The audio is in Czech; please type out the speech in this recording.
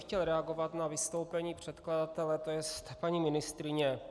Chtěl bych reagovat na vystoupení předkladatele, tj. paní ministryně.